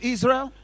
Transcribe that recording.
Israel